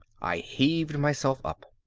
i heaved myself up.